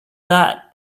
that